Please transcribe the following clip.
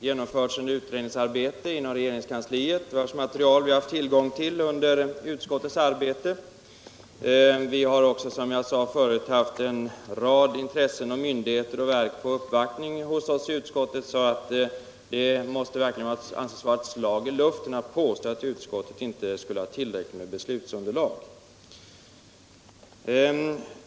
Herr talman! Det har ju genomföns ett utredningsarbete inom regeringskansliet vars material vi har haft tillgång till under utskottsbehandlingen. Som jag förut sade, har vi också haft en rad företrädare för olika intressen, myndigheter och verk på uppvaktning hos oss i utskottet. Därför måste det verkligen anses vara ett slag i luften att påstå att utskottet inte skulle ha haft tillräckligt beslutsunderlag.